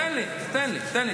תן לי, תן לי.